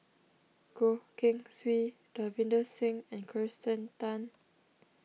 Goh Keng Swee Davinder Singh and Kirsten Tan